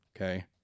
Okay